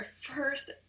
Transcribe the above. first